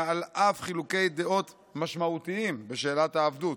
על אף חילוקי דעות משמעותיים בשאלת העבדות.